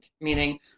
meaning